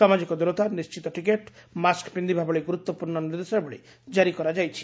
ସାମାଜିକ ଦ୍ରତା ନିଣିତ ଟିକେଟ୍ ମାସ୍କ ପିକ୍ବା ଭଳି ଗୁରୁତ୍ପୂର୍ଶ୍ର ନିର୍ଦ୍ଦେଶାବଳୀ ଜାରି କରାଯାଉଛି